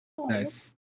Nice